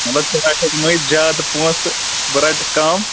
مطلب ژےٚ رٹکھ مٔنٛزۍ زیادٕ پۅنٛسہٕ بہٕ رَٹہِ کَم